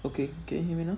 okay can you hear me now